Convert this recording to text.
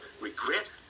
regret